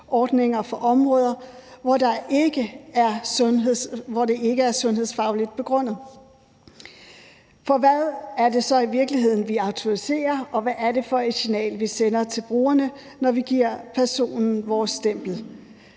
for områder, hvor det ikke er sundhedsfagligt begrundet. For hvad er det så i virkeligheden, vi autoriserer? Og hvad er det for et signal, vi sender til brugerne, når vi giver personen vores stempel?